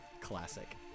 Classic